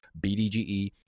BDGE